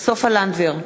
סופה לנדבר,